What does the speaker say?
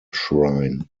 shrine